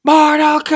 Mortal